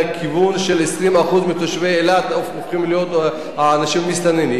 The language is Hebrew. לכיוון ש-20% מתושבי אילת הופכים להיות אנשים מסתננים,